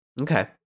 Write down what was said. Okay